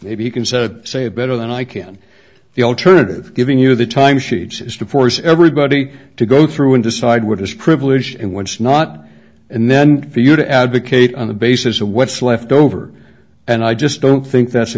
maybe you can say it better than i can the alternative giving you the time sheets is to force everybody to go through and decide what is privileged and once not and then for you to advocate on the basis of what's left over and i just don't think that's a